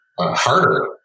harder